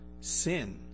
sin